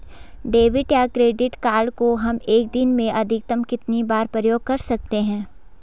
Debit या credit card को हम एक दिन में अधिकतम कितनी बार प्रयोग कर सकते हैं?